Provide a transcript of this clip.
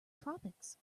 tropics